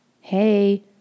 hey